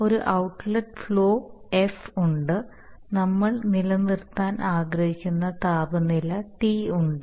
ഒരു outlet flow F ഉണ്ട് നമ്മൾ നിലനിർത്താൻ ആഗ്രഹിക്കുന്ന താപനില T ഉണ്ട്